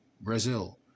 Brazil